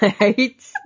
Right